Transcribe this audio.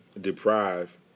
deprive